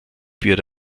wird